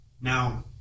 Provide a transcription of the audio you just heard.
Now